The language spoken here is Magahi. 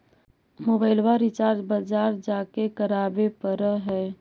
मोबाइलवा रिचार्ज बजार जा के करावे पर है?